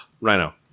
Rhino